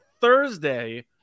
Thursday